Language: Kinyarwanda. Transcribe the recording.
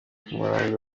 murambi